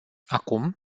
acum